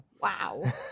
Wow